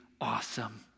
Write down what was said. awesome